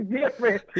different